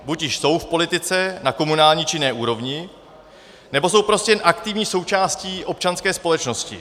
Buď již jsou v politice na komunální či jiné úrovni, nebo jsou prostě jen aktivní součástí občanské společnosti.